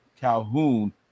Calhoun